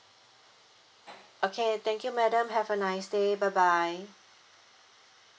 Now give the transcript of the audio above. okay thank you madam have a nice day bye bye